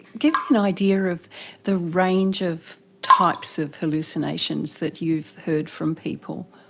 give me an idea of the range of types of hallucinations that you've heard from people.